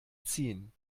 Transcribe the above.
ziehen